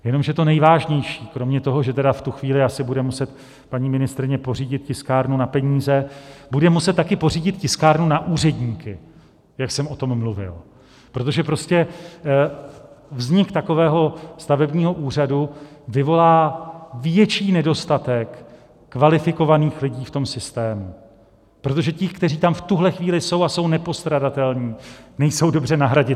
Jenomže to nejvážnější, kromě toho, že tedy v tu chvíli asi bude muset paní ministryně pořídit tiskárnu na peníze, bude muset taky pořídit tiskárnu na úředníky, jak jsem o tom mluvil, protože prostě vznik takového stavebního úřadu vyvolá větší nedostatek kvalifikovaných lidí v tom systému, protože ti, kteří tam v tuhle chvíli jsou a jsou nepostradatelní, nejsou dobře nahraditelní.